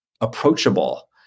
approachable